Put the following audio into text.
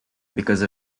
because